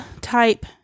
type